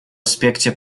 аспекте